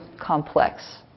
complex